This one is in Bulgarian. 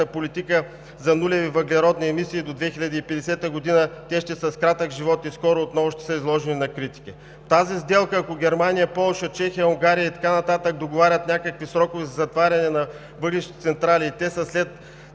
политика за нулеви въглеродни емисии до 2050 г. те ще са с кратък живот и скоро отново ще са изложени на критики. В тази сделка, ако Германия, Полша, Чехия, Унгария и така нататък договарят някакви срокове за затваряне на въглищни централи и те са след